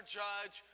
judge